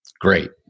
great